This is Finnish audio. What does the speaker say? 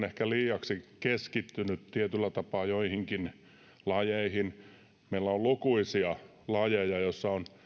ehkä liiaksi keskittynyt tietyllä tapaa joihinkin lajeihin meillä on lukuisia lajeja joissa on